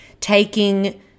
taking